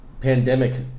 pandemic